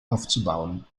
aufzubauen